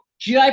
GI